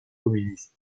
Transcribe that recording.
communiste